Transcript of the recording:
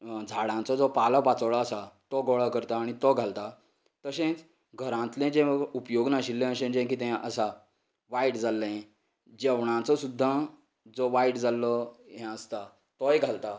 झाडांचो जो पालो पातोळो आसा तो गोळा करता आनी तो घालता तशेंच घरांतलें जें उपयोग नाशिल्लें अशें कितें आसा वायट जाल्लें जेवणाचो सुद्दां जो वायट जाल्लो हें आसता तोय घालता